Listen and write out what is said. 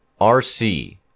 RC